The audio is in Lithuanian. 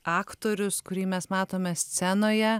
aktorius kurį mes matome scenoje